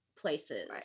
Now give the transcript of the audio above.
places